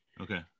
Okay